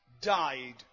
died